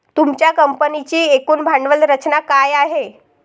तुमच्या कंपनीची एकूण भांडवल रचना काय आहे?